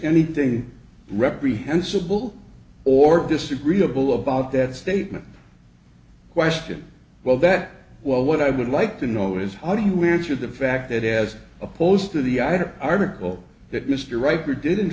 anything reprehensible or disagreeable about that statement question well that well what i would like to know is how do you answer the fact that as opposed to the either article that mr writer did in